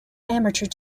amateur